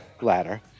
ladder